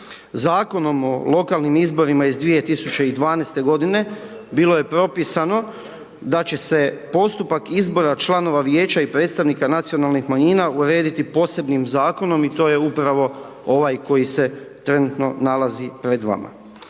Zakonom o lokalnim izborima iz 2012.g. bilo je propisano da će se postupak izbora članova vijeća i predstavnika nacionalnih manjina urediti posebnim zakonom i to je upravo ovaj koji se trenutno nalazi pred vama.